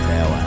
Now